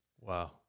Wow